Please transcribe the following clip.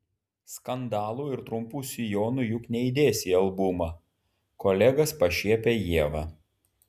skandalų ir trumpų sijonų juk neįdėsi į albumą kolegas pašiepia ieva